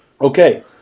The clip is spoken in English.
Okay